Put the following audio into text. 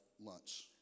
lunch